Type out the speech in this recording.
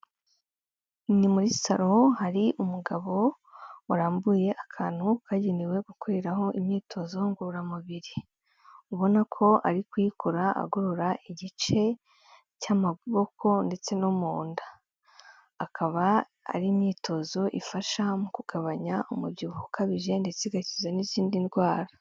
Ni muri saro hari umugabo warambuye akantu kagenewe gukoreraho imyitozo ngororamubiri, ubona ko ari kuyikora agorora igice cy'amaboko ndetse no mu nda, akaba ari imyitozo ifasha mu kugabanya umubyibuho ukabije ndetse igakiza n'izindi ndwara.